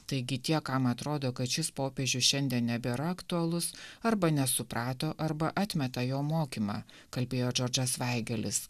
taigi tie kam atrodo kad šis popiežius šiandien nebėra aktualus arba nesuprato arba atmeta jo mokymą kalbėjo džordžas vaigelis